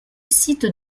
site